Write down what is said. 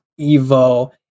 Evo